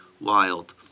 Wild